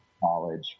college